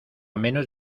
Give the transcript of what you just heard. menos